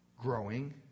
growing